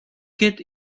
ket